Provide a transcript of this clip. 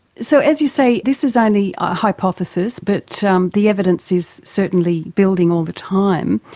so as you say this is only a hypothesis but so um the evidence is certainly building all the time.